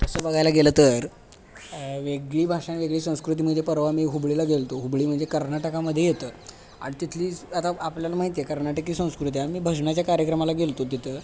तसं बघायला गेलं तर वेगळी भाषा वेगळी संस्कृती म्हणजे परवा मी हुबळीला गेलो होतो हुबळी म्हणजे कर्नाटकामध्ये येतं आणि तिथली आता आपल्याला माहिती आहे कर्नाटकी संस्कृती आम्ही भजनाच्या कार्यक्रमाला गेलो होतो तिथं